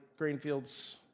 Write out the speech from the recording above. Grainfields